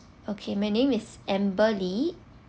okay my name is amber lee